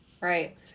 right